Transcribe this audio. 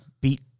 beat